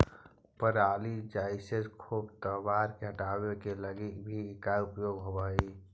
पराली जईसे खेप तवार के हटावे के लगी भी इकरा उपयोग होवऽ हई